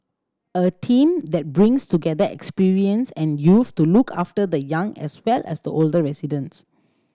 a team that brings together experience and youth to look after the young as well as the older residents